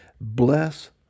bless